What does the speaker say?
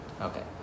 Okay